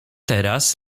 teraz